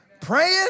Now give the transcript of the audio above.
praying